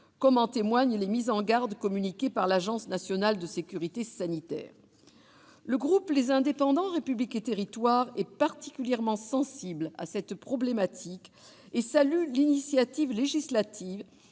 comme en témoignent les mises en garde communiquées par l'Agence nationale de sécurité sanitaire. Le groupe Les Indépendants-République et Territoires est particulièrement sensible à cette problématique et salue une initiative législative